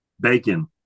Bacon